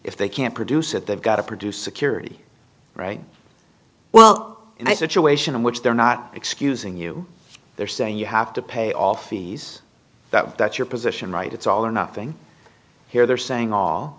if they can't produce it they've got to produce security right well in that situation in which they're not excusing you they're saying you have to pay all fees that that's your position right it's all or nothing here they're saying all